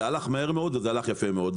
זה הלך מהר מאוד וזה הלך יפה מאוד.